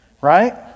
Right